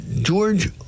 George